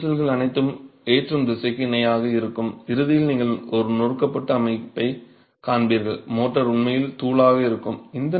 எனவே இந்த விரிசல்கள் அனைத்தும் ஏற்றும் திசைக்கு இணையாக இருக்கும் இறுதியில் நீங்கள் ஒரு நொறுக்கப்பட்ட அமைப்பைக் காண்பீர்கள் மோர்டார் உண்மையில் தூளாக இருக்கும்